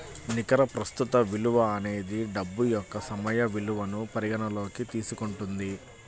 నికర ప్రస్తుత విలువ అనేది డబ్బు యొక్క సమయ విలువను పరిగణనలోకి తీసుకుంటుంది